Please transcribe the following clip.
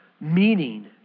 Meaning